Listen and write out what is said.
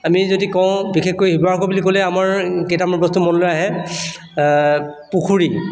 আমি যদি কওঁ বিশেষকৈ শিৱসাগৰ বুলি ক'লে আমাৰ কেইটামান বস্তু মনলৈ আহে পুখুৰী